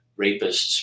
rapists